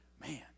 Man